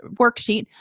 worksheet